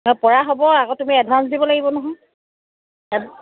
পৰা হ'ব আকৌ তুমি এডভাঞ্চ দিব লাগিব নহয়